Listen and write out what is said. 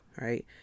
right